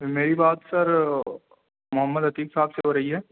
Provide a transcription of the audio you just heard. میری بات سر محمد عتیق صاحب سے ہو رہی ہے